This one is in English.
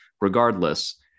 Regardless